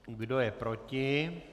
Kdo je proti?